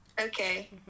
Okay